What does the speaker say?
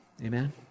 Amen